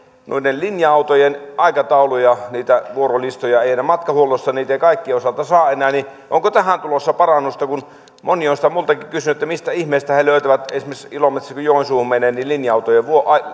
linja autojen aikatauluja niitä vuorolistoja ei enää matkahuollosta kaikkien osalta saa onko tähän tulossa parannusta moni on sitä minultakin kysynyt että mistä ihmeestä he löytävät esimerkiksi kun ilomantsiin joensuuhun menevät linja autojen